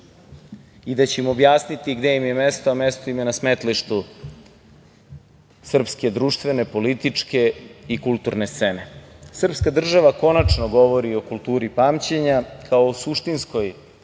i da će im objasniti gde im je mesto, a mesto im je na smetlištu srpske društvene, političke i kulturne scene. Srpska država konačno govori o kulturi pamćenja, kao o suštinskoj